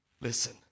Listen